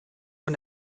von